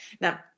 Now